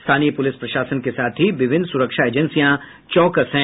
स्थानीय पुलिस प्रशासन के साथ ही विभिन्न सुरक्षा एजेंसिया चौकस हैं